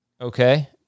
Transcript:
Okay